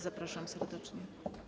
Zapraszam serdecznie.